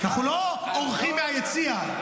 אנחנו לא אורחים מהיציע.